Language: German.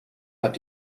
hat